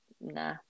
nah